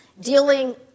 dealing